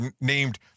named